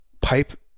pipe